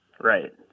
Right